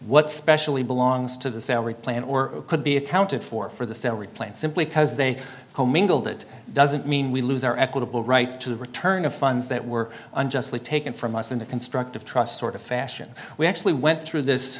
what specially belongs to the salary plan or could be accounted for for the sale replant simply because they commingled it doesn't mean we lose our equitable right to the return of funds that were unjustly taken from us in a constructive trust sort of fashion we actually went through this